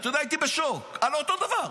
הייתי בשוק, על אותו דבר.